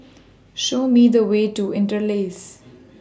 Show Me The Way to Interlace